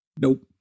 Nope